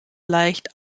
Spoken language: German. leicht